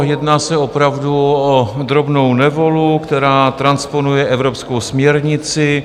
Jedná se opravdu o drobnou novelu, která transponuje evropskou směrnici.